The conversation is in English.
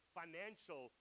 financial